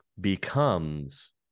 becomes